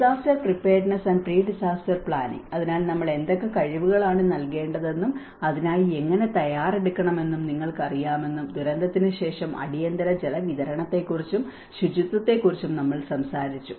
disaster preparedness and pre disaster planning അതിനാൽ നമ്മൾ എന്തൊക്കെ കഴിവുകളാണ് നൽകേണ്ടതെന്നും അതിനായി എങ്ങനെ തയ്യാറെടുക്കണമെന്നും നിങ്ങൾക്കറിയാമെന്നും ദുരന്തത്തിന് ശേഷം അടിയന്തര ജലവിതരണത്തെക്കുറിച്ചും ശുചിത്വത്തെക്കുറിച്ചും നമ്മൾ സംസാരിച്ചു